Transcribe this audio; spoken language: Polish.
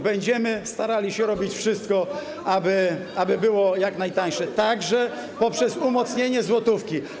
Będziemy starali się robić wszystko, aby było jak najtańsze, także poprzez umocnienie złotówki.